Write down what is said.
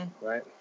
right